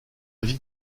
vie